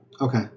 Okay